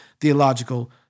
theological